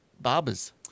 barbers